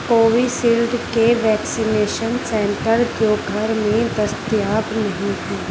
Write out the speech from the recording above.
کووی salad کے vaccination centre Deoghar میں دستیاب نہیں ہیں